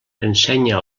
ensenya